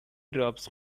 drops